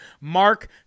Mark